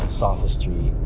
sophistry